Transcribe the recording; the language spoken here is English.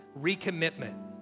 recommitment